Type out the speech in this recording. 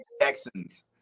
Texans